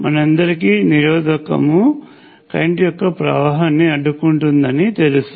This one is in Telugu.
మనందరికి నిరోధకము కరెంటు యొక్క ప్రవాహాన్ని అడ్డుకుంటుందని తెలుసు